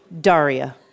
Daria